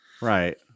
Right